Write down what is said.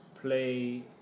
play